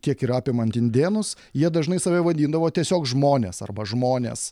kiek ir apimant indėnus jie dažnai save vadindavo tiesiog žmonės arba žmonės